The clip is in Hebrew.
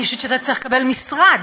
אני חושבת שאתה צריך לקבל משרד.